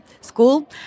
school